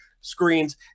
screens